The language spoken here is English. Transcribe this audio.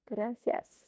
Gracias